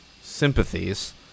sympathies